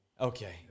Okay